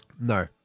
No